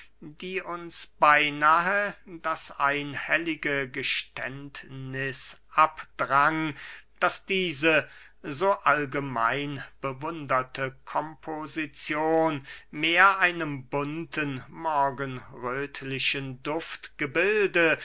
die uns beynahe das einhellige geständniß abdrang daß diese so allgemein bewunderte komposizion mehr einem bunten morgenröthlichen